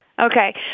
Okay